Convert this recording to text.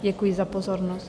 Děkuji za pozornost.